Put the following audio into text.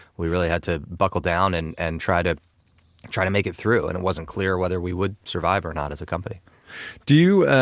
we really had to buckle down and and try to try to make it through, and it wasn't clear whether we would survive or not as a company do you,